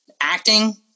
Acting